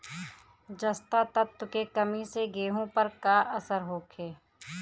जस्ता तत्व के कमी से गेंहू पर का असर होखे?